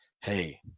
hey